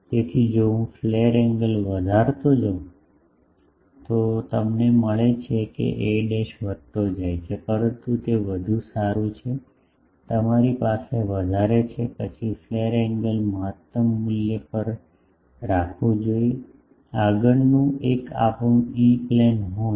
તેથી જો હું ફ્લેર એંગલ વધારતો જઉં તો તમને મળે છે કે a વધતો જાય છે પરંતુ તે વધુ સારું છે કે તમારી પાસે વધારે છે પછી ફ્લેર એંગલ મહત્તમ મૂલ્ય પર રાખવું જોઈએ આગળનું એક આપણું ઇ પ્લેન હોર્ન